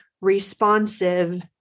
responsive